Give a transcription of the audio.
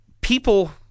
People